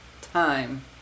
time